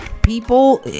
people